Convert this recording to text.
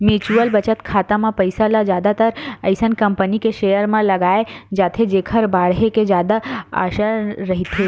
mutual बचत खाता म पइसा ल जादातर अइसन कंपनी के सेयर म लगाए जाथे जेखर बाड़हे के जादा असार रहिथे